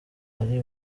hari